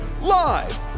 Live